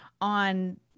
on